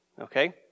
Okay